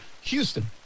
Houston